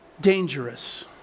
dangerous